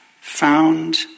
found